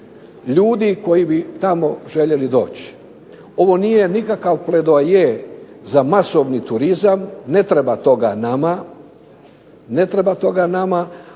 ljudi koji bi tamo željeli doći. Ovo nije nikakav pledoaje za masovni turizam, ne treba toga nama, ali želimo da